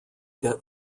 debt